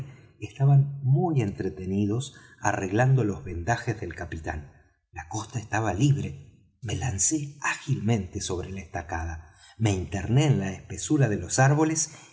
estaban muy entretenidos arreglando los vendajes del capitán la costa estaba libre me lancé ágilmente sobre la estacada me interné en la espesura de los árboles